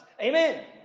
Amen